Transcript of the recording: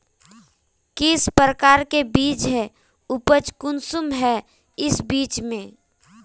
किस प्रकार के बीज है उपज कुंसम है इस बीज में?